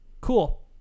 Cool